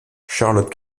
charlotte